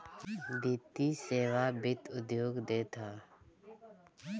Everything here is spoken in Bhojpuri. वित्तीय सेवा वित्त उद्योग देत हअ